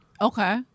Okay